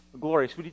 glorious